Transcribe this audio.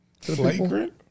Flagrant